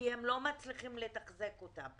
כי הם לא מצליחים לתחזק אותם.